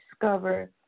discover